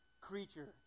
creature